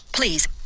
Please